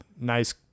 nice